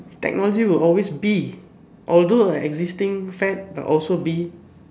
technology will always be although a existing fad but also be